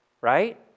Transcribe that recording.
right